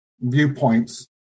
viewpoints